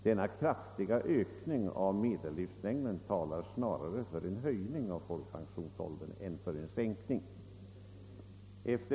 Denna kraftiga ökning av medellivslängden talar snarare för en höjning av folkpensionsåldern än för en sänkning.